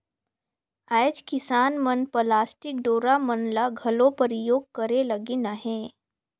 आएज किसान मन पलास्टिक डोरा मन ल घलो परियोग करे लगिन अहे